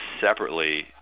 separately